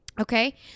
okay